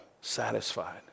satisfied